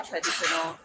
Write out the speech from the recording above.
traditional